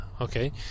Okay